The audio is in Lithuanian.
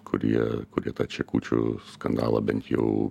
kurie kokie tą čekučių skandalą bent jau